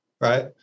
right